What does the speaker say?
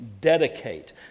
dedicate